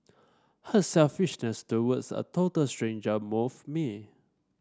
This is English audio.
her selflessness towards a total stranger moved me